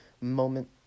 moment